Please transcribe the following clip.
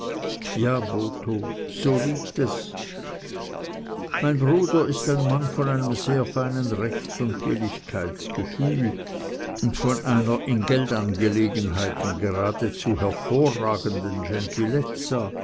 so liegt es mein bruder ist ein mann von einem sehr feinen rechts und billigkeitsgefühl und von einer in geldangelegenheiten geradezu hervorragenden